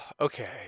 okay